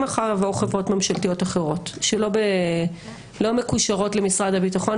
אם מחר יבוא חברות ממשלתיות אחרות שלא מקושרות למשרד הביטחון,